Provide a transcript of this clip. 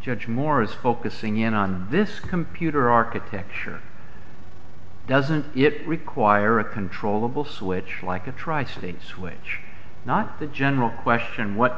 judge moore is focusing in on this computer architecture doesn't it require a controllable switch like a tri state switch not the general question what